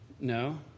no